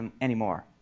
anymore